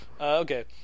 Okay